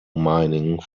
mining